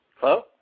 Hello